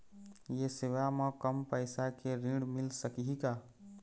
ये सेवा म कम पैसा के ऋण मिल सकही का?